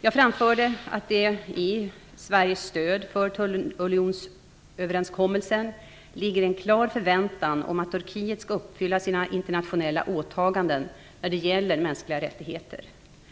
Jag framförde att det i Sveriges stöd för tullunionsöverenskommelsen ligger en klar förväntan om att Turkiet skall uppfylla sina internationella åtaganden när det gäller mänskliga rättigheter.